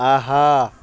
آہا